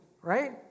right